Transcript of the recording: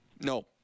No